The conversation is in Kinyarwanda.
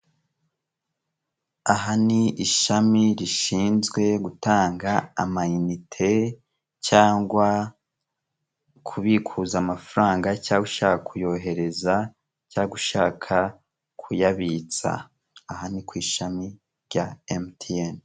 Aha ni ishami rishinzwe gutanga amayinite, cyangwa kubikuza mafaranga cyangwa ushaka kuyohereza cyangwa ushaka kuyabitsa. Aha ni ku ishami rya emutiyeni